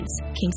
Kings